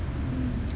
mm